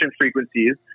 frequencies